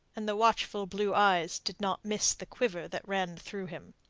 and the watchful blue eyes did not miss the quiver that ran through him.